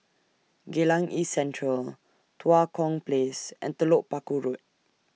Geylang East Central Tua Kong Place and Telok Paku Road